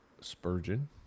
Spurgeon